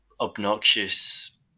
obnoxious